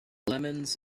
lemons